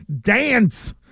dance